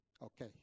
Okay